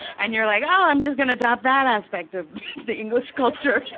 and you're like oh i'm just gunna drop that aspect of the english culture!